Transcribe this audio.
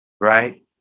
right